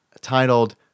titled